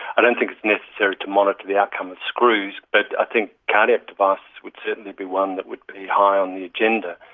i don't think it's necessary to monitor the outcome of screws but i think cardiac devices would certainly be one that would be high on the agenda.